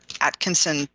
Atkinson